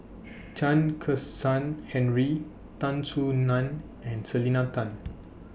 Chen Kezhan Henri Tan Soo NAN and Selena Tan